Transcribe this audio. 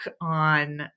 on